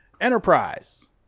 Enterprise